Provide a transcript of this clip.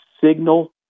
signal